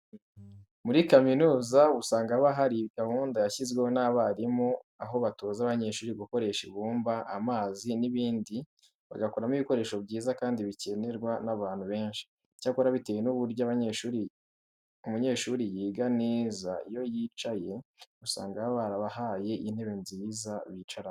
Muri kaminuza usanga haba hari gahunda yashyizweho n'abarimu aho batoza abanyeshuri gukoresha ibumba, amazi n'ibindi bagakoramo ibikoresho byiza kandi bikenerwa n'abantu benshi. Icyakora bitewe n'uburyo umunyeshuri yiga neza iyo yicaye, usanga baba barabahaye intebe nziza bicaraho.